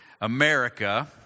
America